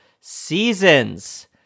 seasons